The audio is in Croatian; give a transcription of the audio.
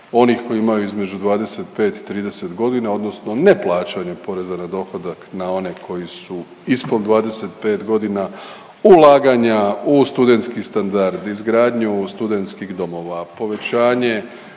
onih koji imaju između 25 i 30 godina, odnosno neplaćanja poreza na dohodak na one koji su ispod 25 godina, ulaganja u studentski standard, izgradnju studentskih domova, povećanje